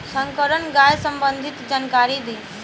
संकर गाय संबंधी जानकारी दी?